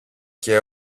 και